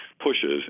pushes